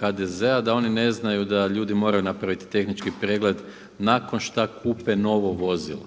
HDZ-a da oni ne znaju da ljudi moraju napraviti tehnički pregled nakon šta kupe novo vozilo.